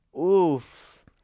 Oof